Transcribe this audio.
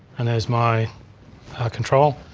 and there's my control,